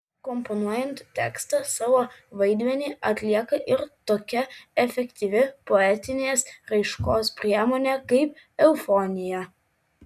komponuojant tekstą savo vaidmenį atlieka ir tokia efektyvi poetinės raiškos priemonė kaip eufonija